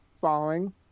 following